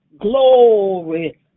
Glory